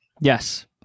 Yes